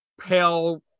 pale